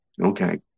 Okay